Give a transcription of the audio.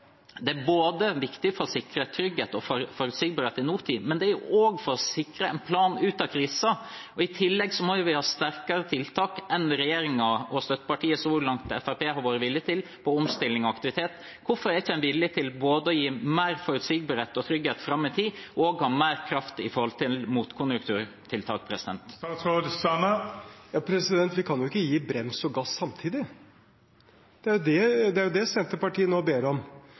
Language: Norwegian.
er viktig både for å sikre trygghet og forutsigbarhet i nåtid og for å sikre en plan ut av krisen. I tillegg må vi ha sterkere tiltak enn regjeringen og støttepartiet så langt, Fremskrittspartiet, har vært villig til på omstilling og aktivitet. Hvorfor er en ikke villig til både å gi mer forutsigbarhet og trygghet fram i tid og ha mer kraft når det gjelder motkonjunkturtiltak? Vi kan jo ikke bremse og gi gass samtidig. Det er jo det Senterpartiet nå ber om. Man ber om